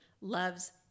loves